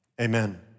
amen